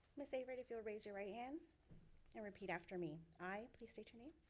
ms. averyt if you'll raise your right hand and repeat after me. i, please state your name.